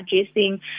addressing